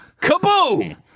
Kaboom